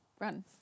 Run